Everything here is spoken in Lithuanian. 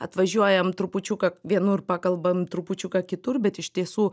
atvažiuojam trupučiuką vienur pakalbam trupučiuką kitur bet iš tiesų